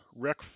Rec